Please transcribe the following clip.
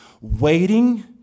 Waiting